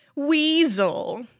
Weasel